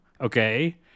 Okay